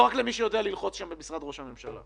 לא רק למי שיודע ללחוץ שם במשרד ראש הממשלה.